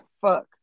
Fuck